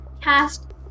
cast